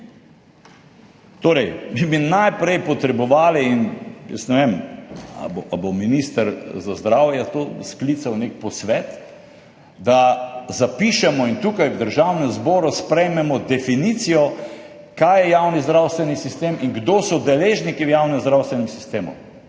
Torej, mi bi najprej potrebovali, in ne vem, ali bo minister za zdravje to sklical, nek posvet, da zapišemo in tukaj v Državnem zboru sprejmemo definicijo, kaj je javni zdravstveni sistem in kdo so deležniki v javnem zdravstvenem sistemu.